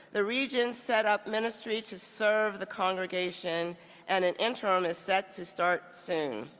the region set up ministry to serve the congregation and an interim is set to start soon.